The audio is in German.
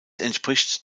entspricht